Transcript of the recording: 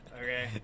Okay